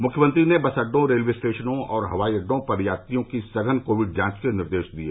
मुख्यमंत्री ने बस अड्डों रेलये स्टेशन और हवाई अड्डों पर यात्रियों की सघन कोविड जांच के निर्देश दिये